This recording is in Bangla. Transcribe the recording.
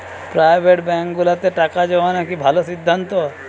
প্রাইভেট ব্যাংকগুলোতে টাকা জমানো কি ভালো সিদ্ধান্ত?